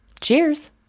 Cheers